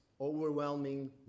overwhelming